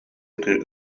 ытыы